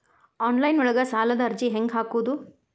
Online ಒಳಗ ಸಾಲದ ಅರ್ಜಿ ಹೆಂಗ್ ಹಾಕುವುದು?